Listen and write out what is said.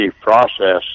process